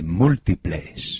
múltiples